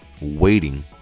waiting